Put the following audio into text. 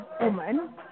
woman